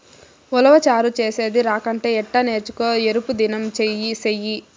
ఉలవచారు చేసేది రాకంటే ఎట్టా నేర్చుకో రేపుదినం సెయ్యి